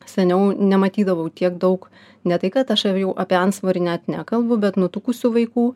seniau nematydavau tiek daug ne tai kad aš jau apie antsvorį net nekalbu bet nutukusių vaikų